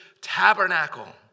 tabernacle